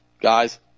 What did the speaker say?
Guys